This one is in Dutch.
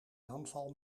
aanval